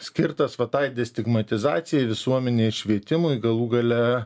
skirtas va tai destigmatizacijai visuomenės švietimui galų gale